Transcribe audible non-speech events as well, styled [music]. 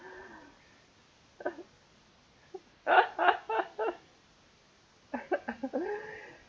[laughs]